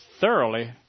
thoroughly